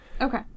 Okay